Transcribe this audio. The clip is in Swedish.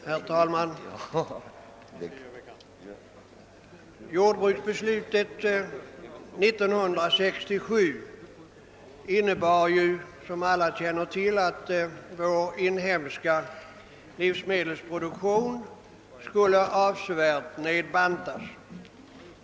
Herr talman! Jordbruksbeslutet år 1967 innebar som alla vet att vår inhemska <livsmedelsproduktion «skulle nedbantas avsevärt.